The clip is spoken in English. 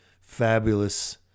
fabulous